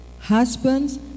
Husbands